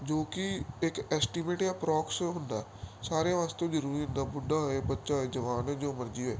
ਜੋ ਕਿ ਇੱਕ ਐਸਟੀਮੇਟ ਜਾਂ ਅਪ੍ਰੋਕਸ ਹੁੰਦਾ ਸਾਰਿਆਂ ਵਾਸਤੇ ਜ਼ਰੂਰੀ ਹੁੰਦਾ ਬੁੱਢਾ ਹੋਏ ਬੱਚਾ ਹੋਏ ਜਵਾਨ ਹੋਏ ਜੋ ਮਰਜੀ ਹੋਏ